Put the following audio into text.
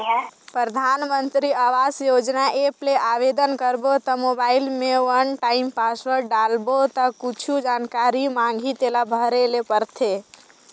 परधानमंतरी आवास योजना ऐप ले आबेदन करबे त मोबईल में वन टाइम पासवर्ड डालबे ता कुछु जानकारी मांगही तेला भरे ले परथे